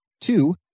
two